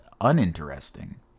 uninteresting